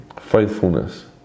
Faithfulness